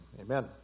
Amen